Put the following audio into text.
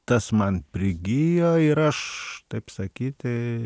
tas man prigijo ir aš taip sakyti